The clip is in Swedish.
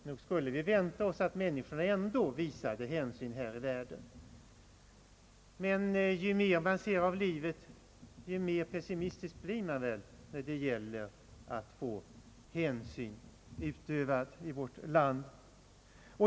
Nog skulle vi vänta oss att människor även utan lagstiftning visade hänsyn i detta avseende, men ju mer man ser av livet desto mer pessimistisk blir man väl när det gäller att få hänsyn iakttagen i vårt land.